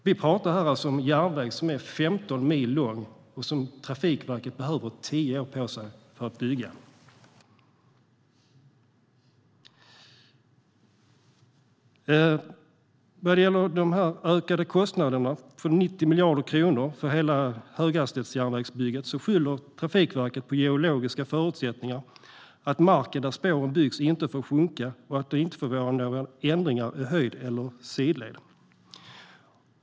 Vi pratar här om en sträcka järnväg som är 15 mil lång som Trafikverket behöver tio år för att bygga. När det gäller kostnadsökningen med 90 miljarder kronor för hela höghastighetsjärnvägsbygget skyller Trafikverket på geologiska förutsättningar, att marken där spåren byggs inte får sjunka och att det inte får vara några ändringar i höjd eller sidled.